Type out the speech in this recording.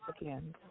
again